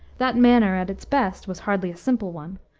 that manner, at its best, was hardly a simple one,